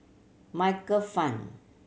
Michael Fam